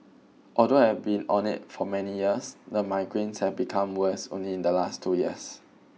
although I have been on it for many years the migraines have become worse only in the last two years